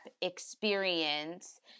experience